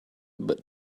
but